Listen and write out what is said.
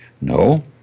No